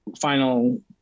final